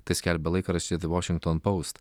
tai skelbia laikraščiui the washington post